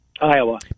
Iowa